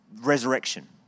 resurrection